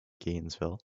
gainesville